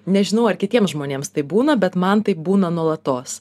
nežinau ar kitiems žmonėms taip būna bet man taip būna nuolatos